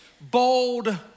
bold